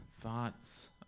thoughts